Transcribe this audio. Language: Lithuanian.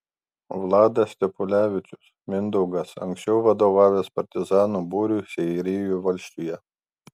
vladas stepulevičius mindaugas anksčiau vadovavęs partizanų būriui seirijų valsčiuje